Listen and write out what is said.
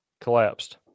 collapsed